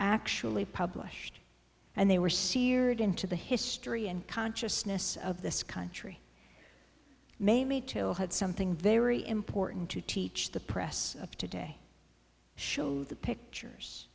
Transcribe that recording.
actually published and they were seared into the history and consciousness of this country mamie till had something very important to teach the press of today show the pictures